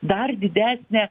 dar didesnę